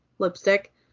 lipstick